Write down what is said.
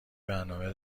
برنامه